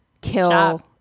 kill